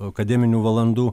akademinių valandų